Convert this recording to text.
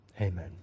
amen